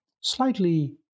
slightly